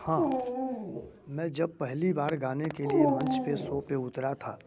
हाँ मैं जब पहली बार गाने के लिए मंच पे शो पे उतरा था